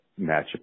matchup